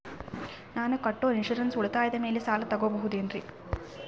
ನಾನು ಕಟ್ಟೊ ಇನ್ಸೂರೆನ್ಸ್ ಉಳಿತಾಯದ ಮೇಲೆ ಸಾಲ ತಗೋಬಹುದೇನ್ರಿ?